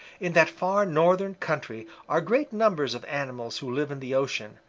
in that far northern country are great numbers of animals who live in the ocean,